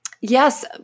Yes